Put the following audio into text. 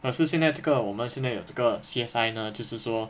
可是现在这个我们现在有这个 C_S_I 呢就是说